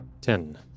Ten